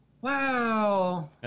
Wow